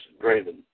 Draven